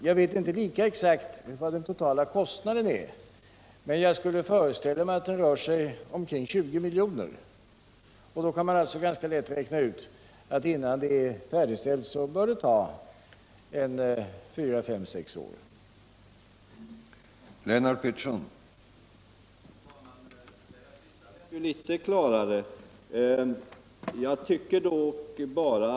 Jag vet inte lika exakt vad den totala kostnaden är, men jag skulle föreställa mig att den rör sig kring 20 milj.kr. Då kan man alltså ganska lätt räkna ut att det bör ta fyra, fem eller sex år aut få denna utrustning färdigställd.